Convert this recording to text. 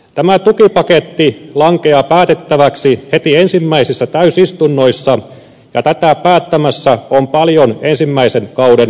tämä tukipaketti lankeaa päätettäväksi heti ensimmäisissä täysistunnoissa ja tätä päättämässä on paljon ensimmäisen kauden kansanedustajia